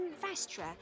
Vastra